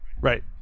right